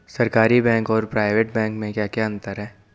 सरकारी बैंक और private bank में क्या क्या अंतर हैं?